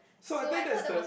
so I think that's the